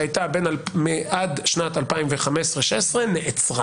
שהייתה עד שנת 2015-2016 נעצרה.